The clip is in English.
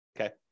okay